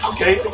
Okay